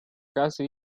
casi